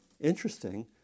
Interesting